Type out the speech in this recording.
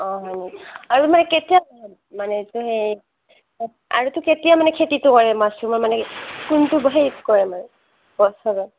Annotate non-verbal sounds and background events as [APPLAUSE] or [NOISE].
অঁ অঁ আৰু মানে কেতিয়া মানে [UNINTELLIGIBLE] আৰু এইটো মানে কেতিয়া খেতিটো হয় মাছৰুমৰ মানে কোনটো [UNINTELLIGIBLE] কৰে মানে বছৰত